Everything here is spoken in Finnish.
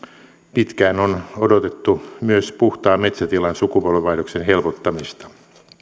pitkään on odotettu myös puhtaan metsätilan sukupolvenvaihdoksen helpottamista